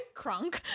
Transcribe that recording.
Crunk